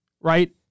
right